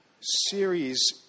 series